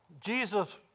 Jesus